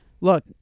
look